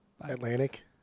atlantic